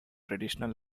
traditional